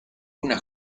una